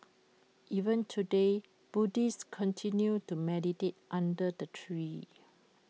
even today Buddhists continue to meditate under the tree